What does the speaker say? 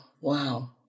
wow